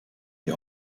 die